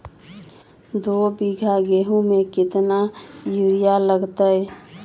दो बीघा गेंहू में केतना यूरिया लगतै?